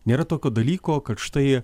nėra tokio dalyko kad štai